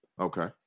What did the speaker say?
Okay